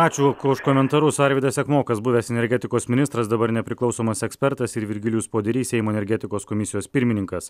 ačiū už komentarus arvydas sekmokas buvęs energetikos ministras dabar nepriklausomas ekspertas ir virgilijus poderys seimo energetikos komisijos pirmininkas